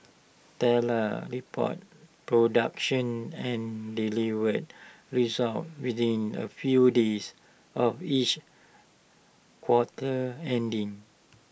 reports production and delivered results within A few days of each quarter ending